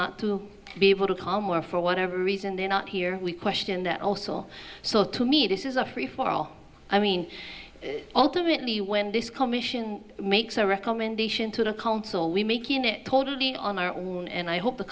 not to be able to come or for whatever reason they're not here we question that also so to me this is a free for all i mean ultimately when this commission makes a recommendation to the council we making it totally on our own and i hope the